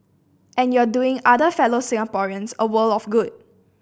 and you're doing other fellow Singaporeans a world of good